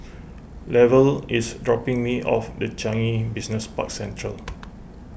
Lavelle is dropping me off the Changi Business Park Central